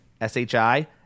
s-h-i